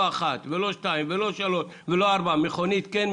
אחת ולא שתיים ולא שלוש ולא ארבע: מכונית כן,